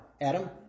Adam